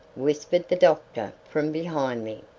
whispered the doctor from behind me.